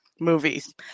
movies